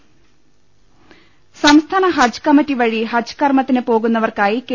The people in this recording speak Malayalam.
ലലലലലലലലലലലല സംസ്ഥാന ഹജ്ജ് കമ്മറ്റി വഴി ഹജ്ജ് കർമ്മത്തിന് പോകുന്നവർക്കായി കെ